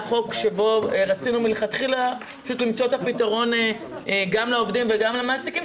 רצינו מלכתחילה פשוט למצוא פתרון גם לעובדים וגם למעסיקים,